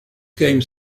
game